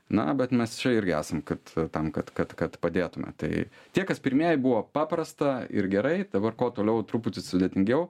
na bet mes čia irgi esam kad tam kad kad kad padėtume tai tie kas pirmieji buvo paprasta ir gerai dabar kuo toliau truputį sudėtingiau